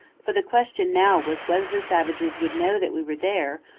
for the question now was whether the savages would know that we were there,